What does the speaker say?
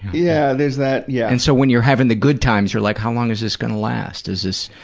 yeah, there's that. yeah. and, so when you're having the good times, you're like, how long is this gonna last? is this,